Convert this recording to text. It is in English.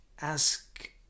ask